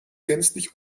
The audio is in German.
gänzlich